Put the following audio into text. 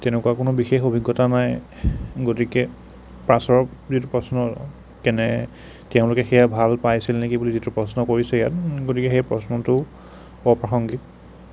তেনেকুৱা কোনো বিশেষ অভিজ্ঞতা নাই গতিকে পাছৰ যিটো প্ৰশ্ন কেনে তেওঁলোকে সেইয়া ভাল পাইছিল নেকি বুলি যিটো প্ৰশ্ন কৰিছে ইয়াত গতিকে সেই প্ৰশ্নটো অপ্ৰাসংগিক